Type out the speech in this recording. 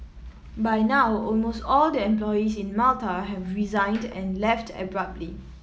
by now almost all the employees in Malta have resigned and left abruptly